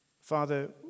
Father